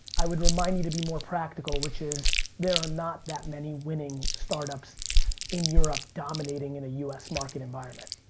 i would remind you to be more practical, which is there are not that many winning startups in europe dominating in a u s. market environment.